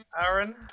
Aaron